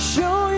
Show